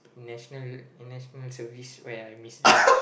in National in National Service where I misled